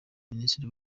minisitiri